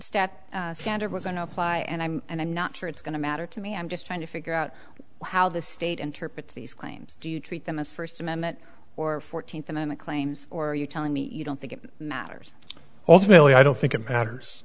step standard we're going to apply and i'm and i'm not sure it's going to matter to me i'm just trying to figure out how the state interprets these claims do you treat them as first amendment or fourteenth amendment claims or are you telling me you don't think it matters also really i don't think it matters